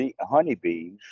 honeybees